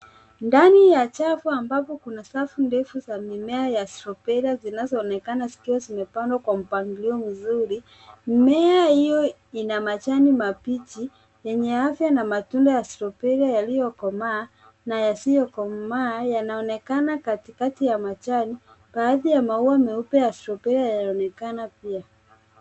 Ndani ya jengo ambapo kuna safu ndefu za mimea ya [cs ] stroberi[cs ] zinaonekana zikiwa zimepangwa kwa mpangilio mzuri. Mimea hiyo ina majani mabichi yenye afya na matunda ya [cs ] straberi[cs ] yaliyo komaa na yasiyo komaa yanaonekana katikati ya majani. Baadhi ya maua meupe ya [cs ] stroberi [cs ] yanaonekana pia.